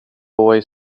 boy